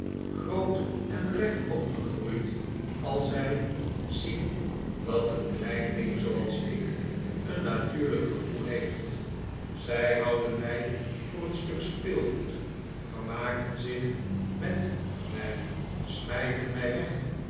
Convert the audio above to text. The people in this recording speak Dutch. groot en recht opgegroeid als zij zien dat een klein ding zooals ik een natuurliik gevoel heeft zij houden mij voor een stuk speelgoed vermaken zich met mij smijten mij weg